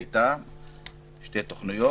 היו שתי תוכניות,